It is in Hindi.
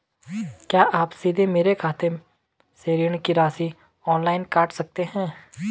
क्या आप सीधे मेरे खाते से ऋण की राशि ऑनलाइन काट सकते हैं?